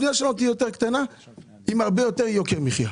המדינה שלנו תהיה יותר קטנה עם הרבה יותר יוקר מחייה.